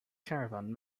caravan